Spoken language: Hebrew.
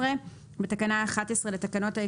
הדבר השני שאנחנו מבקשים זה שתהיה